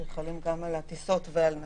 שחלים גם על הטיסות וגם על נתב"ג,